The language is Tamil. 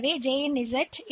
எனவே இந்த சுழற்சி